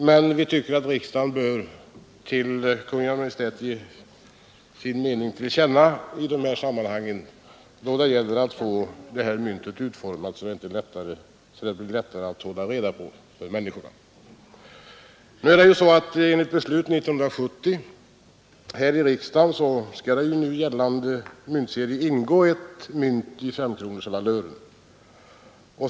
Men vi tycker att riksdagen bör ge Kungl. Maj:t sin mening till känna i det här sammanhanget — då det gäller att få femkronemyntet utformat så att det blir lättare att hålla reda på för människorna. Enligt beslut 1970 här i riksdagen skall i nu gällande myntserie ingå ett mynt i valören fem kronor.